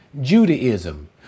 Judaism